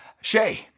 Shay